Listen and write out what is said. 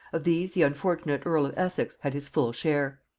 of these the unfortunate earl of essex had his full share.